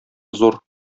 зур